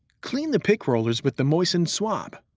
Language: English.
clean the pick rollers with the moistened swab,